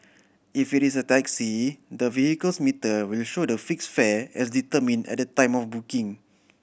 if it is a taxi the vehicle's meter will show the fixed fare as determined at the time of booking